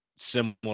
similar